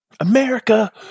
America